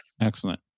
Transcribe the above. Excellent